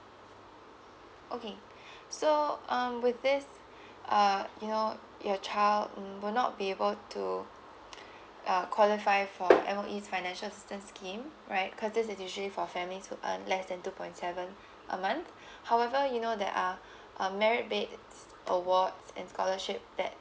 okay so um with this uh you know your child um would not be able to uh qualify for M_O_E's financial assistance scheme right because this is usually for families who earn less than two point seven a month however you know there are um merit based awards and scholarship that